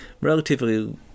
relatively